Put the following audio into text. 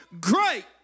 great